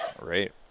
Right